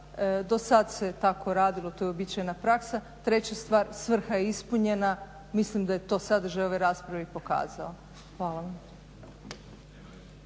do sad se tako radilo. To je uobičajena praksa. Treća stvar, svrha je ispunjena. Mislim da je to sadržaj ove rasprave i to pokazao. Hvala vam.